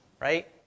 Right